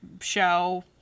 show